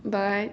but